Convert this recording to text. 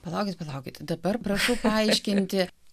palaukit palaukit tai dabar prašai paaiškinti